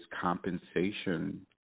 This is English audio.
compensation